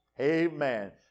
Amen